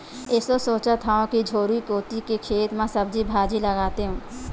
एसो सोचत हँव कि झोरी कोती के खेत म सब्जी भाजी लगातेंव